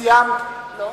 בשמות חברי הכנסת)